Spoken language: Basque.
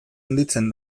handitzen